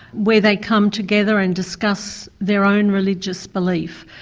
where they come together and discuss their own religious belief.